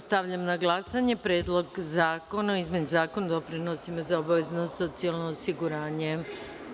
Stavljam na glasanje Predlog zakona o izmeni Zakona o doprinosima za obavezno socijalno osiguranje.